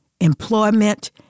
employment